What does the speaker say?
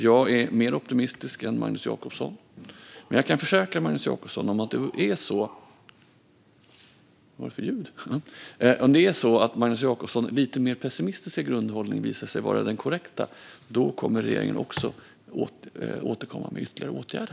Jag är mer optimistisk än Magnus Jacobsson, men jag kan försäkra Magnus Jacobsson att om hans lite mer pessimistiska grundhållning visar sig vara den korrekta kommer regeringen också att återkomma med ytterligare åtgärder.